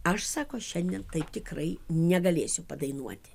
aš sako šiandien taip tikrai negalėsiu padainuoti